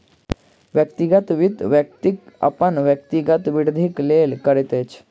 व्यक्तिगत वित्त, व्यक्ति अपन व्यक्तिगत वृद्धिक लेल करैत अछि